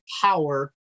power